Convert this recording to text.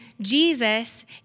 Jesus